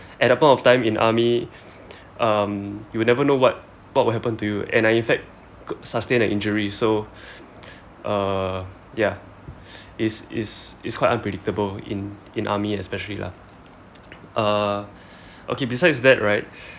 at that point of time in army um you will never know what what will happen to you and I in fact could sustain an injury so uh ya it's it's it's quite unpredictable in army especially ya uh okay besides that right